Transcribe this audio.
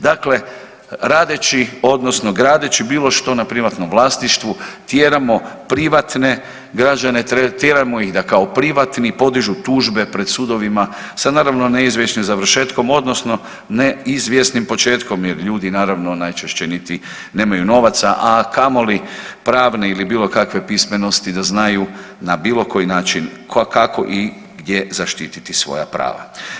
Dakle, radeći odnosno gradeći bilo što na privatnom vlasništvu tjeramo privatne građane, tretiramo ih da kao privatni podižu tužbe pred sudovima sa naravno neizvjesnim završetkom odnosno neizvjesnim početkom jer ljudi naravno najčešće niti nemaju novaca, a kamoli pravne ili bili kakve pismenosti da znaju na bilo koji način kako i gdje zaštiti svoja prava.